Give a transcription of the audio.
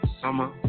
summer